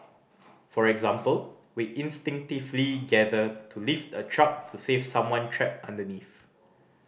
for example we instinctively gather to lift a truck to save someone trapped underneath